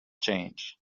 change